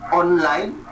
online